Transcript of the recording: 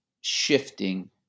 shifting